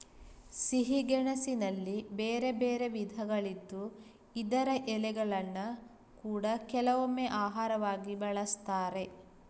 ಸಿಹಿ ಗೆಣಸಿನಲ್ಲಿ ಬೇರೆ ಬೇರೆ ವಿಧಗಳಿದ್ದು ಇದರ ಎಲೆಗಳನ್ನ ಕೂಡಾ ಕೆಲವೊಮ್ಮೆ ಆಹಾರವಾಗಿ ಬಳಸ್ತಾರೆ